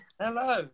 Hello